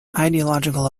ideological